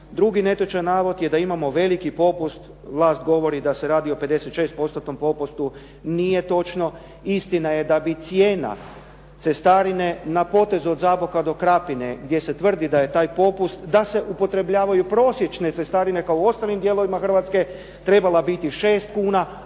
Drugi netočan navod je da imamo veliki popust. Vlast govori da se radi od 56%-tnom popustu. Nije točno. Istina je da bi cijena cestarine na potezu od Zaboka do Krapine gdje se tvrdi da je taj popust da se upotrebljavaju prosječne cestarine kao u ostalim dijelovima Hrvatske, trebala biti 6 kuna,